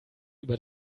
über